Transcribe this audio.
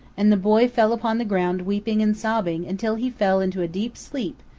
and the boy fell upon the ground weeping and sobbing, until he fell into a deep sleep,